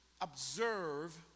observe